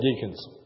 deacons